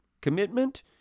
commitment